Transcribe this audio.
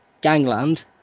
gangland